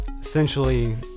essentially